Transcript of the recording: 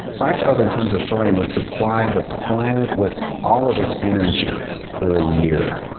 five thousand tons of thorium would supply the planet with all of its energy for a year.